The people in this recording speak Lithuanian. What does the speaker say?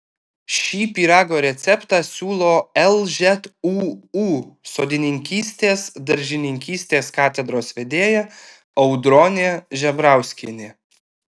šį pyrago receptą siūlo lžūu sodininkystės daržininkystės katedros vedėja audronė žebrauskienė